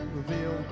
reveal